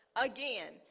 Again